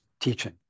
teaching